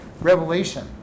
revelation